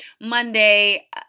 Monday